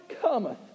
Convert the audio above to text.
cometh